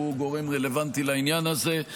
שהוא גורם רלוונטי לעניין הזה.